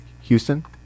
Houston